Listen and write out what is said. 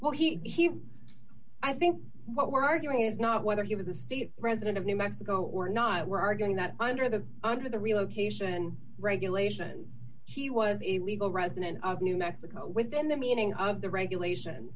well he he i think what we're arguing is not whether he was a state resident of new mexico or not we're arguing that under the under the relocation regulation she was a legal resident of new mexico within the meaning of the regulation